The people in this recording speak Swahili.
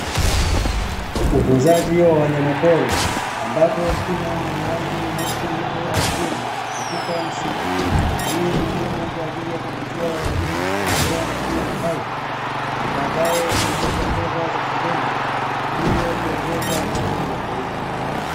Utunzaji wa wanyamapori ambapo kima mwenye rangi nyeusi yupo ardhini katika msitu , hii ni muhimu kwa ajili ya kuvutia watalii kutembelea maeneo hayo na baadaye kuingiza fedha za kigeni hivyo kuongeza pato la taifa.